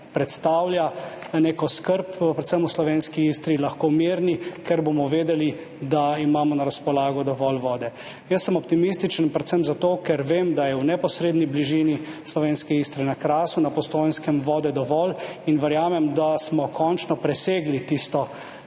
predstavlja neko skrb, predvsem v slovenski Istri, lahko mirni, ker bomo vedeli, da imamo na razpolago dovolj vode. Jaz sem optimističen predvsem zato, ker vem, da je v neposredni bližini slovenske Istre, na Krasu, na Postojnskem dovolj vode in verjamem, da smo končno presegli tiste